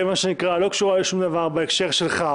מה שנקרא לא קשורה לשום דבר בהקשר שלך,